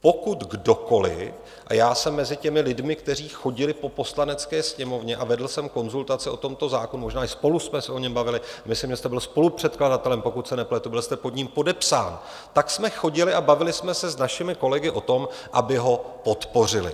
Pokud kdokoli, a já jsem mezi těmi lidmi, kteří chodili po Poslanecké sněmovně, a vedl jsem konzultace o tomto zákonu možná i spolu jsme se o něm bavili, myslím, že jste byl spolupředkladatelem, pokud se nepletu, byl jste pod ním podepsán tak jsme chodili a bavili jsme se s našimi kolegy o tom, aby ho podpořili.